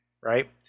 right